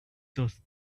just